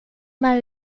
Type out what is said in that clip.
med